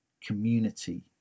community